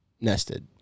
nested